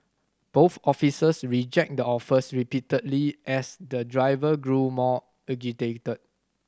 both officers rejected the offers repeatedly as the driver grew more agitated